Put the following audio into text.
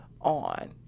on